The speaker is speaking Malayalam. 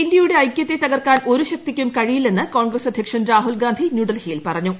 ഇന്ത്യയുടെ ഐക്യത്തെ തകർക്കാൻ ഒരു ശക്തിക്കും കഴിയില്ലെന്ന് കോൺഗ്രസ്സ് അദ്ധ്യക്ഷൻ രാഹുൽ ഗാന്ധി ന്യൂഡൽഹിയിൽ പറഞ്ഞു